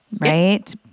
right